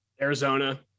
Arizona